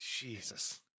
Jesus